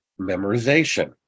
memorization